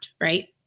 right